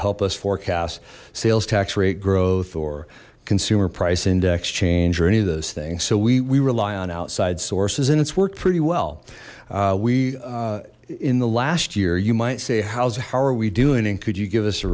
help us forecast sales tax rate growth or consumer price index change or any of those things so we we rely on outside sources and it's worked pretty well we in the last year you might say how's how are we doing and could you give us a